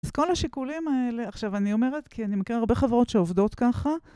אז כל השיקולים האלה, עכשיו אני אומרת, כי אני מכירה הרבה חברות שעובדות ככה.